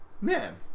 Man